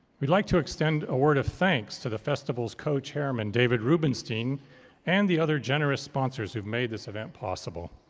we'd like to extend a word of thanks to the festival's cochairman david rubenstein and the other generous sponsors who have made this event possible.